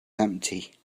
empty